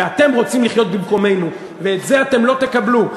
ואתם רוצים לחיות במקומנו, ואת זה אתם לא תקבלו.